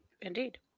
Indeed